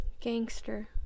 gangster